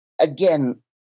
again